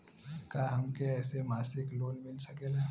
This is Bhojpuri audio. का हमके ऐसे मासिक लोन मिल सकेला?